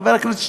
חבר הכנסת שטרן,